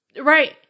Right